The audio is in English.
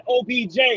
OBJ